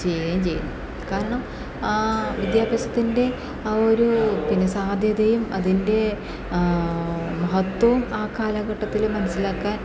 ചെയ്യുകയും ചെയ്യുന്നു കാരണം വിദ്യാഭ്യാസത്തിൻ്റെ ആ ഒരു പിന്നെ സാധ്യതയും അതിൻ്റെ മഹത്വവും ആ കാലഘട്ടത്തിൽ മനസ്സിലാക്കാൻ